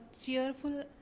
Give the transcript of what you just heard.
cheerful